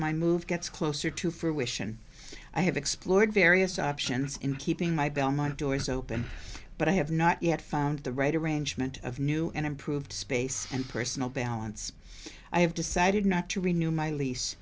my move gets closer to fruition i have explored various options in keeping my belmont doors open but i have not yet found the right arrangement of new and improved space and personal balance i have decided not to renew my lease